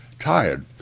tired,